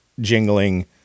jingling